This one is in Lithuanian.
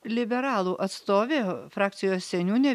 liberalų atstovė frakcijos seniūnė